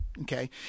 Okay